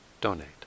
donate